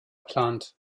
plant